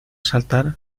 saltar